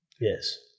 Yes